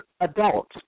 adults